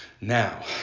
now